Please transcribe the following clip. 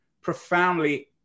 profoundly